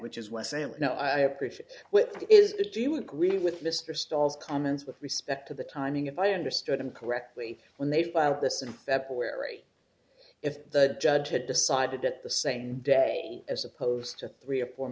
which is west salem now i appreciate with that is it do you agree with mr stiles comments with respect to the timing if i understood him correctly when they filed this in february if the judge had decided at the same day as opposed to three or four